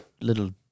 little